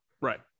Right